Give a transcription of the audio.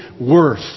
worth